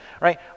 right